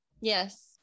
Yes